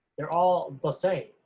they're all the same,